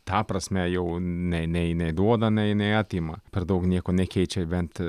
ta prasme jau nei nei duoda nei nei atima per daug nieko nekeičia bent